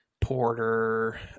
porter